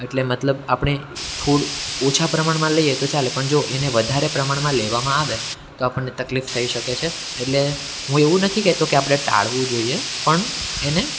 એટલે મતલબ આપણે થોડું ઓછાં પ્રમાણમાં લઈએ તો ચાલે પણ જો એને વધારે પ્રમાણમાં લેવામાં આવે તો આપણને તકલીફ થઈ શકે છે એટલે હું એવું નથી કહેતો કે આપણે ટાળવું જોઈએ પણ એને